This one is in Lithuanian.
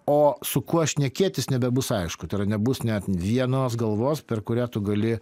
o su kuo šnekėtis nebebus aišku tai yra nebus net vienos galvos per kurią tu gali